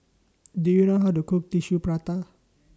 Do YOU know How to Cook Tissue Prata